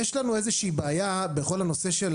יש לנו איזושהי בעיה בכל הנושא של